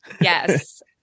Yes